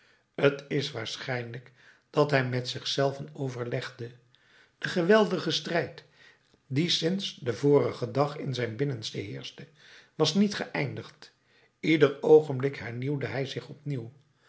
t is waarschijnlijk dat hij met zich zelven overlegde de geweldige strijd die sinds den vorigen dag in zijn binnenste heerschte was niet geëindigd ieder oogenblik hernieuwde hij zich opnieuw